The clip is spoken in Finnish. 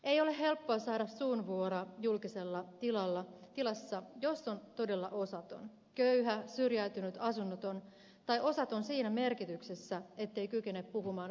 ei ole helppoa saada suunvuoroa julkisessa tilassa jos on todella osaton köyhä syrjäytynyt asunnoton tai osaton siinä merkityksessä ettei kykene puhumaan vallanpitäjien kieltä